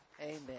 Amen